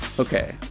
Okay